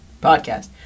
podcast